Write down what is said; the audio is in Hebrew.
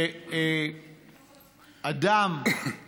שאדם, אזרח,